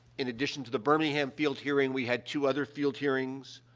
in addition to the birmingham field hearing, we had two other field hearings,